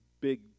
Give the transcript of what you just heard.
big